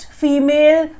female